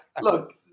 Look